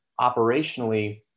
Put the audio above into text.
operationally